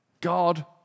God